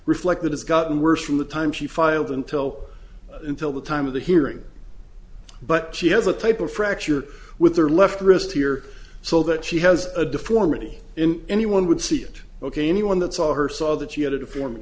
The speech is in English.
reflect that it's gotten worse from the time she filed until until the time of the hearing but she has a type of fracture with her left wrist here so that she has a deformity in anyone would see it ok anyone that saw her saw that she had it for me